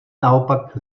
naopak